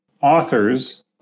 authors